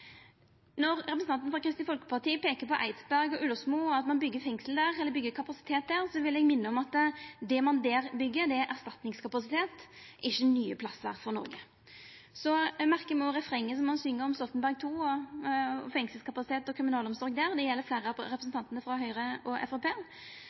Når representanten frå Kristeleg Folkeparti peikar på Eidsberg og Ullersmo og at ein byggjer kapasitet der, vil eg minna om at det ein byggjer der, er erstatningskapasitet, ikkje nye plassar for Noreg. Eg merkar meg også refrenget som ein syng, om Stoltenberg II og fengselskapasitet og kriminalomsorg. Det gjeld fleire av